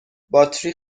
باتری